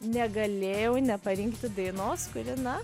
negalėjau neparengti dainos kuri na